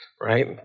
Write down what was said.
right